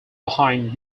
behind